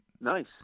Nice